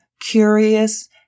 curious